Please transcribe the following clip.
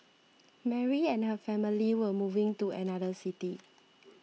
Mary and her family were moving to another city